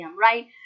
right